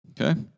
Okay